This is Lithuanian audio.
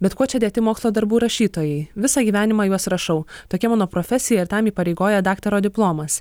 bet kuo čia dėti mokslo darbų rašytojai visą gyvenimą juos rašau tokia mano profesija ir tam įpareigoja daktaro diplomas